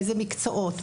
איזה מקצועות,